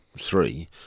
three